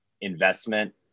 investment